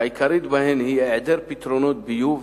שהעיקרית בהן היא היעדר פתרונות ביוב,